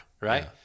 right